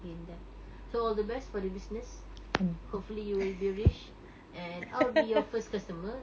in that so all the best for the business hopefully you will be rich and I will be your first customer